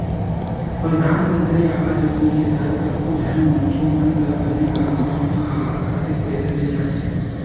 परधानमंतरी आवास योजना के तहत कतको झन मनखे मन ल बने गांव गांव म अवास खातिर पइसा मिल जाथे